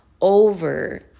over